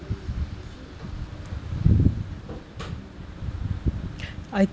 I